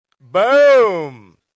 Boom